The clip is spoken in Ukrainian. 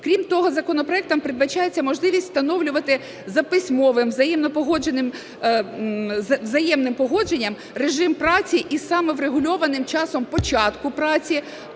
Крім того, законопроектом передбачається можливість встановлювати за письмовим, взаємним погодженням режим праці із саморегульованим часом початку праці,